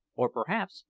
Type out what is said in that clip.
or perhaps,